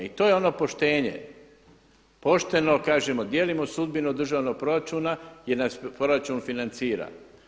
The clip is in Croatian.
I to je ono poštenje, pošteno kažemo dijelimo sudbinu državnog proračuna jer nas proračun financira.